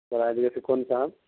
سرالیے سے کون صاحب